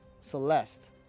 Celeste